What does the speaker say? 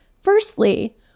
Firstly